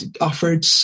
offered